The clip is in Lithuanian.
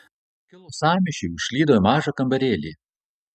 kilus sąmyšiui užklydau į mažą kambarėlį